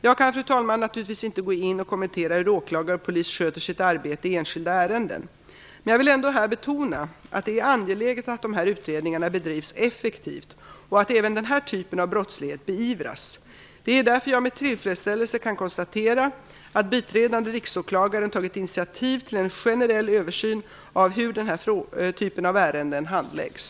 Jag kan, fru talman, naturligtvis inte gå in och kommentera hur åklagare och polis sköter sitt arbete i enskilda ärenden, men jag vill ändå här betona att det är angeläget att dessa utredningar bedrivs effektivt och att även denna typ av brottslighet beivras. Det är därför jag med tillfredsställelse kan konstatera att biträdande riksåklagaren tagit initiativ till en generell översyn av hur denna typ av ärenden handläggs.